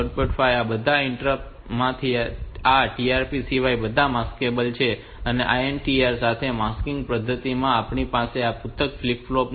5 આ બધા ઇન્ટરપ્ટ માંથી આ TARP સિવાય બધા માસ્કેબલ છે તેથી INTR માટે માસ્કિંગ પદ્ધતિમાં આપણી પાસે આ પૃથક ફ્લિપ ફ્લોપ નથી